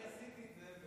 אני עשיתי את זה,